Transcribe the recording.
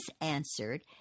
answered